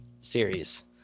series